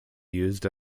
used